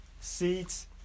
seats